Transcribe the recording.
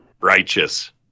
Righteous